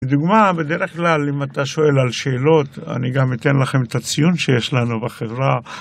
דוגמה בדרך כלל אם אתה שואל על שאלות, אני גם אתן לכם את הציון שיש לנו בחברה.